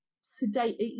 sedate